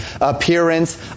appearance